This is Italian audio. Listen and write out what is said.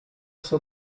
suo